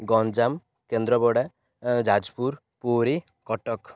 Ganjam Kendrapara Jajpur Puri Cuttack